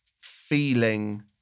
feeling